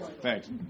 Thanks